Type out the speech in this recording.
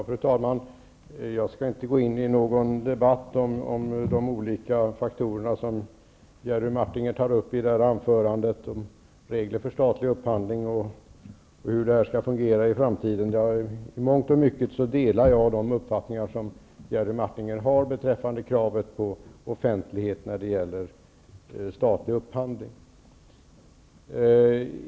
Fru talman! Jag skall inte gå in i någon debatt om de olika faktorer som Jerry Martinger tar upp i sitt anförande, om regler för statlig upphandling och hur detta skall fungera i framtiden. I mångt och mycket delar jag de uppfattningar som Jerry Martinger har beträffande kravet på offentlighet när det gäller statlig upphandling.